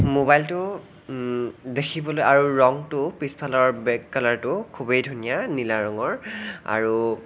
মোবাইলটো দেখিবলৈ আৰু ৰংটো পিছফালৰ বেক কালাৰটো খুবেই ধুনীয়া নীলা ৰঙৰ আৰু